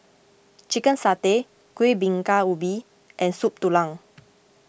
Chicken Satay Kuih Bingka Ubi and Soup Tulang